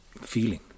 feeling